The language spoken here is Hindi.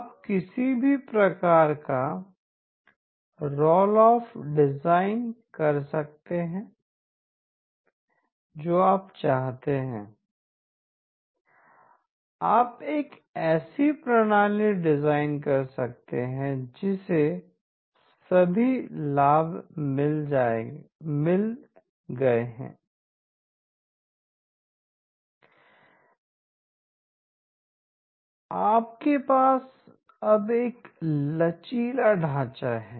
आप किसी भी प्रकार का रोल ऑफ डिजाइन कर सकते हैं जो आप चाहते हैं आप एक ऐसी प्रणाली डिजाइन कर सकते हैं जिसे सभी लाभ मिल गए हैं आपके पास अब एक लचीला ढांचा है